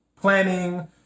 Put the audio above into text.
planning